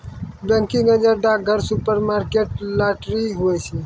banking agent डाकघर, supermarket, lottery, हुवै छै